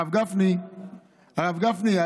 הרב גפני,